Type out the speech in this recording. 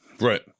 Right